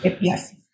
Yes